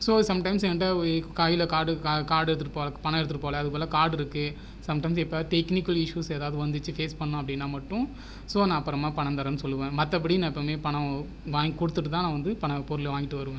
so sometimes என்கிட்ட ஒரு கையில் கார்டு கார்டு எடுத்துட்டுப்போல பணம் எடுத்துட்டுபோல அதுக்குப் பதிலா கார்டு இருக்கு சம் டைம்ஸ் எப்போயாவது டெக்னிக்கல் இஸ்ஸுஸ் எதாவது வந்துச்சு ஃபேஸ் பண்ணுனோம் அப்படினால் மட்டும் ஸோ நான் அப்புறமா பணம் தரேன்னு சொல்லுவ மத்தபடி நான் எப்போயுமே பணம் வாங்கி கொடுத்துட்டுதா நான் வந்து பண பொருளை வாங்கிட்டு வருவ